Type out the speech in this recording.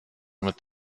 mit